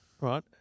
Right